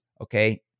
Okay